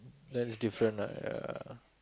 then it's different lah ya